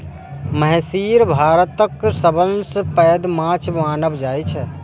महसीर भारतक सबसं पैघ माछ मानल जाइ छै